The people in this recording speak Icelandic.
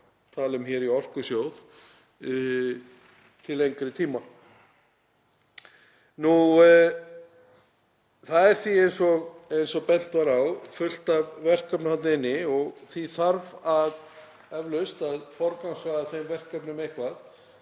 tala um í Orkusjóð til lengri tíma. Það er því, eins og bent var á, fullt af verkefnum þarna inni og því þarf eflaust að forgangsraða þeim verkefnum eitthvað.